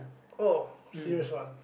oh serious one